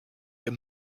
your